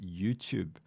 YouTube